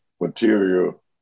material